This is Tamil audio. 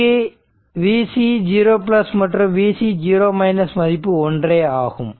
இங்கு Vc0 மற்றும் Vc மதிப்பு ஒன்றேயாகும்